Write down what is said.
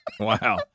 Wow